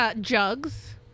Jugs